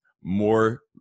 more